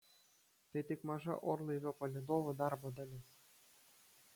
tai tik maža orlaivio palydovų darbo dalis